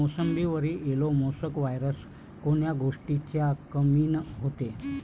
मोसंबीवर yellow mosaic virus कोन्या गोष्टीच्या कमीनं होते?